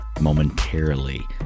momentarily